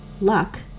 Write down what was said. luck